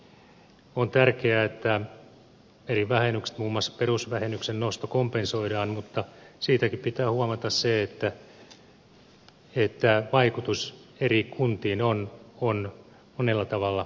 on tärkeää että eri vähennykset muun muassa perusvähennyksen nosto kompensoidaan mutta siinäkin pitää huomata se että vaikutus eri kuntiin on monella tavalla erilainen